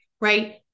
right